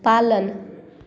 पालन